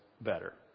better